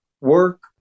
work